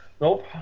nope